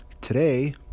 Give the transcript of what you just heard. today